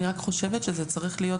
אני חושבת שזה צריך להיות